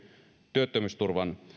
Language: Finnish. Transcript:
työttömyysturvan